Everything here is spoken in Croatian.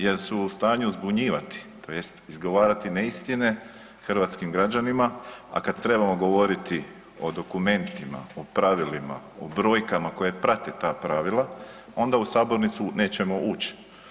Jer su u stanju zbunjivati, tj. izgovarati neistine hrvatskim građanima, a kad trebamo govoriti o dokumentima, o pravilima, o brojkama koje prate ta pravila, onda u sabornicu nećemo ući.